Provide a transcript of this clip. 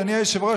אדוני היושב-ראש,